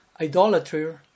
idolatry